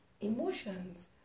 Emotions